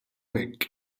hekk